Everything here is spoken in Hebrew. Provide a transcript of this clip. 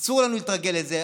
אסור לנו להתרגל לזה.